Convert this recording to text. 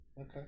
Okay